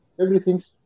Everything's